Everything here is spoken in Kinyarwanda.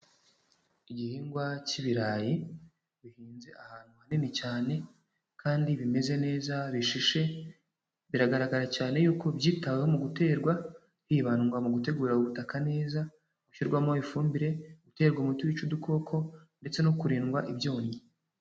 Igihingwa cy'ibirayi bihinze ahantu hanini cyane kandi bimeze neza bishishe, biragaragara cyane yuko byitaweho mu guterwa, hibandwa mu gutegura ubutaka neza, gushyirwamo ifumbire, guterwa umuti wica udukoko ndetse no kurandura ibyonnyi.